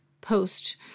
post